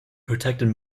protected